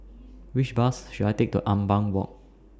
Which Bus should I Take to Ampang Walk